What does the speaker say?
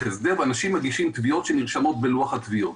הסדר ואנשים מגישים תביעות שנרשמות בלוח תביעות.